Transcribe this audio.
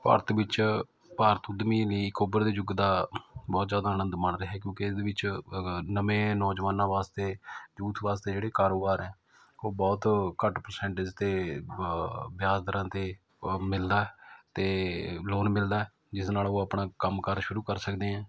ਭਾਰਤ ਵਿੱਚ ਭਾਰਤ ਉੱਦਮੀ ਲਈ ਇੱਕ ਉੱਭਰਦੇ ਯੁੱਗ ਦਾ ਬਹੁਤ ਜ਼ਿਆਦਾ ਆਨੰਦ ਮਾਣ ਰਿਹਾ ਕਿਉਂਕਿ ਇਹਦੇ ਵਿੱਚ ਨਵੇਂ ਨੌਜਵਾਨਾਂ ਵਾਸਤੇ ਯੂਥ ਵਾਸਤੇ ਜਿਹੜੇ ਕਾਰੋਬਾਰ ਹੈ ਉਹ ਬਹੁਤ ਘੱਟ ਪ੍ਰਸੈਂਟੇਜ 'ਤੇ ਦਰਾਂ 'ਤੇ ਮਿਲਦਾ ਅਤੇ ਲੋਨ ਮਿਲਦਾ ਜਿਸ ਨਾਲ ਉਹ ਆਪਣਾ ਕੰਮ ਕਾਰ ਸ਼ੁਰੂ ਕਰ ਸਕਦੇ ਐਂ